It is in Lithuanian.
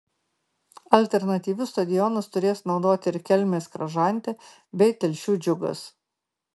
alternatyvius stadionus turės naudoti ir kelmės kražantė bei telšių džiugas